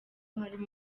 harimo